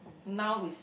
now is